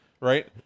right